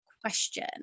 question